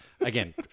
Again